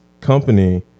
company